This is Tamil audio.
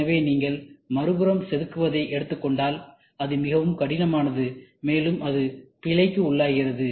எனவே நீங்கள் மறுபுறம் செதுக்குவதை எடுத்துக் கொண்டாடல் அது மிகவும் கடினமானது மேலும் அது பிழைக்கு உள்ளாகிறது